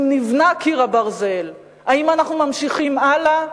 אם נבנה קיר הברזל, האם אנחנו ממשיכים הלאה?